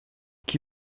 qui